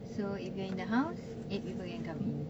so if you're in the house eight people can come in